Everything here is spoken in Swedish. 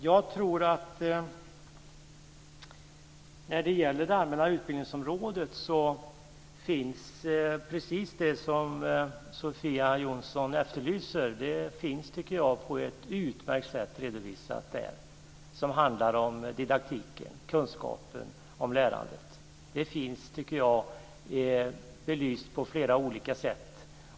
Fru talman! Precis det som Sofia Jonsson efterlyser, som handlar om didaktiken, kunskapen om lärandet, finns redovisat på ett utmärkt sätt. Det finns, tycker jag, belyst på flera olika sätt.